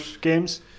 games